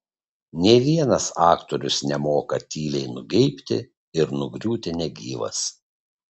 nė vienas aktorius nemoka tyliai nugeibti ir nugriūti negyvas